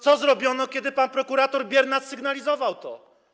Co zrobiono, kiedy pan prokurator Biernat sygnalizował to?